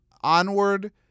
Onward